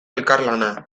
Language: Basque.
elkarlana